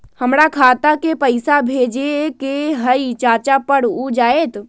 हमरा खाता के पईसा भेजेए के हई चाचा पर ऊ जाएत?